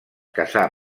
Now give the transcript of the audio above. casà